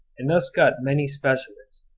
and thus got many specimens.